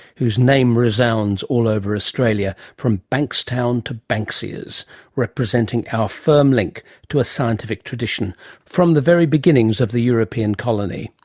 whose name resounds all over australia from bankstown to banksias representing our firm link to a scientific tradition from the very beginnings of the european colony.